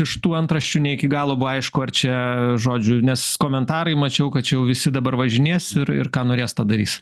iš tų antraščių ne iki galo buvo aišku ar čia žodžių nes komentarai mačiau kad čia jau visi dabar važinės ir ir ką norės tą darys